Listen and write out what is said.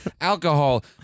Alcohol